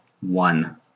one